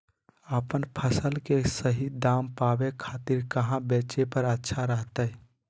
अपन फसल के सही दाम पावे खातिर कहां बेचे पर अच्छा रहतय?